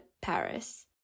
Paris